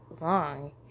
long